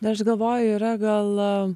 aš galvoju yra gal